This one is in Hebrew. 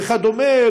וכדומה,